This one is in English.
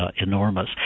enormous